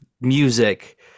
music